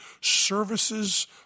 services